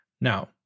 Now